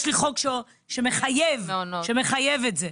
יש לי חוק שמחייב את זה,